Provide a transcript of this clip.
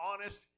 honest